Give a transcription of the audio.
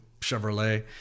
chevrolet